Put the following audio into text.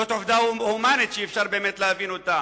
עובדה הומנית שאפשר להבין אותה,